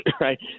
right